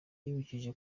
yibukije